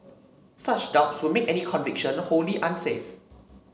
such doubts would make any conviction wholly unsafe